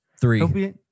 Three